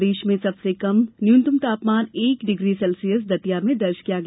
प्रदेश में सबसे कम न्यूनतम तापमान एक डिग्री सेल्सियस दतिया में दर्ज किया गया